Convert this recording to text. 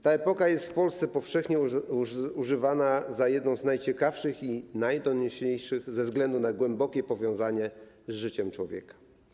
Ta epoka jest w Polsce powszechnie uznawana za jedną z najciekawszych i najdonioślejszych ze względu na głębokie powiązanie z życiem człowieka.